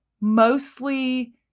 mostly